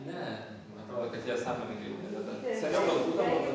ne man atrodo kad jie sąmoningai jų nededa seniau gal būdavo bet